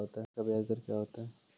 Bank का ब्याज दर क्या होता हैं?